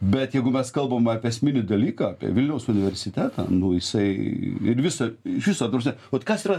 bet jeigu mes kalbam apie esminį dalyką apie vilniaus universitetą nu jisai ir visa iš viso ta prasme kas yra